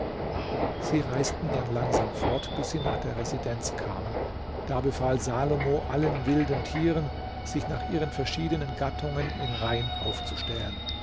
sie reisten dann langsam fort bis sie nach der residenz kamen da befahl salomo allen wilden tieren sich nach ihren verschiedenen gattungen in reihen aufzustellen